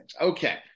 Okay